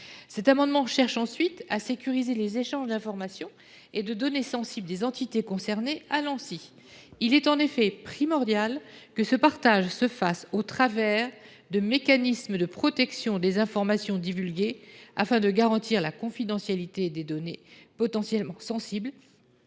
cet amendement vise à sécuriser les échanges d’informations et de données sensibles entre les entités concernées et l’Anssi. Il est primordial que ce partage se fasse au travers de mécanismes de protection des informations divulguées afin de garantir la confidentialité des données, potentiellement sensibles,